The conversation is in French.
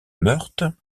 meurthe